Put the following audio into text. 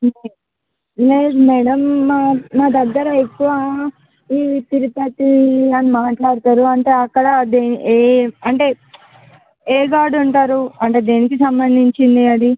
లేదు మేడమ్ మా దగ్గర మా దగ్గర ఎక్కువ ఈ తిరుపతి అని మాట్లాడుతారు అంటే అక్కడ ఏ అంటే ఏ గాడ్ ఉంటారు అంటే దేనికి సంబంధించింది అది